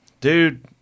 Dude